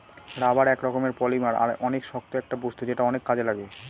rubber এক রকমের polymer আর অনেক শক্ত একটা বস্তু যেটা অনেক কাজে লাগে